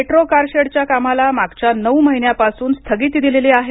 metro कारशेडच्या कामाला मागच्या नऊ महिन्यापासून स्थगिती दिलेली आहे